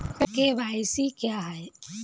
KYC क्या है?